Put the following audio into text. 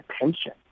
attention